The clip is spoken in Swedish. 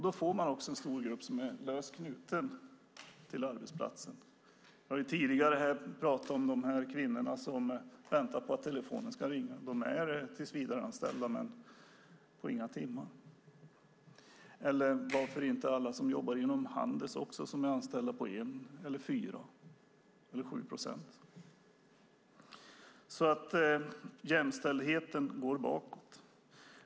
Då får man också en stor grupp som är löst knuten till arbetsplatsen. Vi har tidigare pratat om de kvinnor som väntar på att telefonen ska ringa. De är tillsvidareanställda, men de får inga timmar. Och varför inte tänka på alla som jobbar inom handeln, som är anställda på 1, 4 eller 7 procent. Jämställdheten går bakåt.